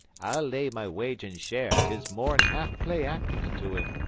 i'll lay my wage an' share tis more'n half play-actin to him,